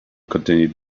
continued